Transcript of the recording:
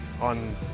on